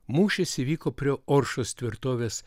mūšis įvyko prie oršos tvirtovės